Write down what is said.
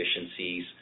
efficiencies